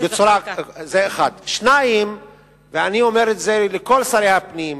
אני אומר את זה לכל שרי הפנים,